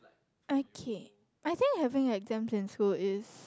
okay I think having exams in school is